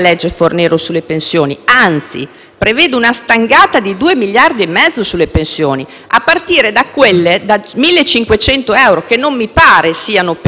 prevede una stangata di 2,5 miliardi sulle pensioni a partire da quelle da 1.500 euro, che non mi pare siano pensioni definite d'oro;